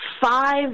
Five